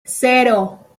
cero